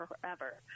forever